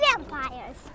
Vampires